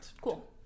Cool